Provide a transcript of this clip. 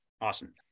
Awesome